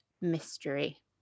mystery